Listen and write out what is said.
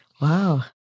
Wow